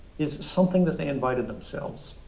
is something that they invited themselves